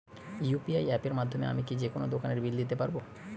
UPI অ্যাপের মাধ্যমে আমি কি যেকোনো দোকানের বিল দিতে পারবো?